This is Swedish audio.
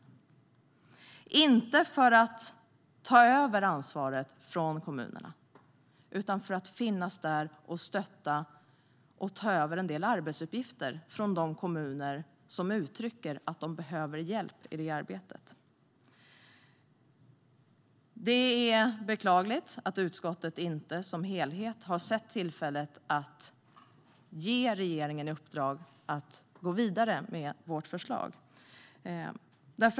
Det handlar inte om att ta över ansvaret från kommunerna utan för att finnas där, stötta och ta över en del arbetsuppgifter från de kommuner som uttrycker att de behöver hjälp. Det är beklagligt att utskottet inte som helhet har sett tillfället att ge regeringen i uppdrag att gå vidare med vårt förslag.